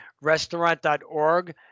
restaurant.org